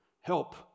help